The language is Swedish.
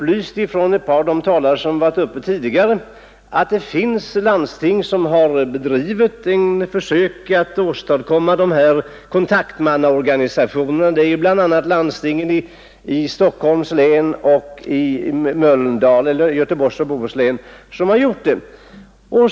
Ett par av de talare som tidigare varit uppe i debatten har anfört att det finns landsting som gjort försök att åstadkomma en kontaktmannaorganisation, bl.a. landstingen i Stockholms län och i Göteborgs och Bohus län.